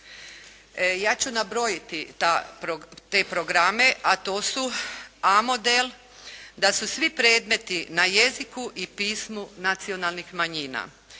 Ja ću nabrojiti te programe a to su A model da su svi predmeti na jeziku i pismu nacionalnih manjina.